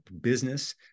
business